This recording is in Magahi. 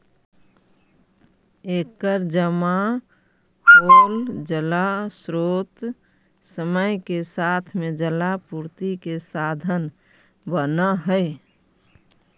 एकर जमा होल जलस्रोत समय के साथ में जलापूर्ति के साधन बनऽ हई